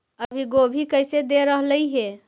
अभी गोभी कैसे दे रहलई हे?